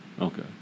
Okay